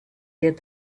did